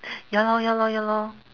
ya lor ya lor ya lor